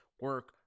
Work